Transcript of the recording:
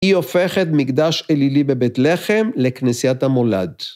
היא הופכת מקדש אלילי בבית לחם, לכנסיית המולד.